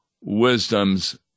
wisdom's